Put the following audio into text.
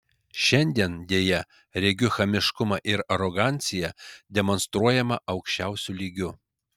šiandien deja regiu chamiškumą ir aroganciją demonstruojamą aukščiausiu lygiu